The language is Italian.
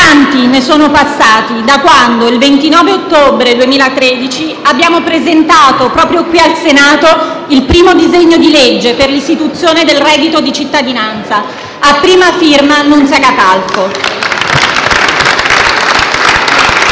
tanti ne sono passati da quando, il 29 ottobre 2013, abbiamo presentato, proprio qui in Senato, il primo disegno di legge per l'istituzione del reddito di cittadinanza, a prima firma della senatrice Nunzia